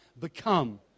become